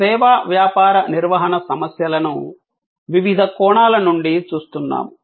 మనము సేవా వ్యాపార నిర్వహణ సమస్యలను వివిధ కోణాల నుండి చూస్తున్నాము